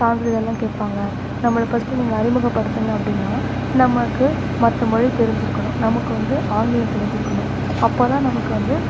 சான்றிதழ்லாம் கேட்பாங்க நம்மளை ஃபஸ்ட்டு நீங்கள் அறிமுகப்படுத்துங்கள் அப்படின்னா நமக்கு மற்ற மொழி தெரிஞ்சிருக்கணும் நமக்கு வந்து ஆங்கிலம் தெரிஞ்சிருக்கணும் அப்போதான் நமக்கு வந்து